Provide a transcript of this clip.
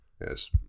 Yes